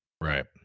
Right